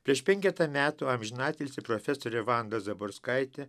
prieš penketą metų amžinatilsį profesorė vanda zaborskaitė